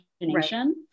imagination